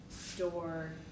store